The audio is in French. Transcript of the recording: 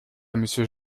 monsieur